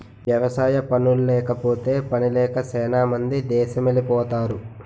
వ్యవసాయ పనుల్లేకపోతే పనిలేక సేనా మంది దేసమెలిపోతరు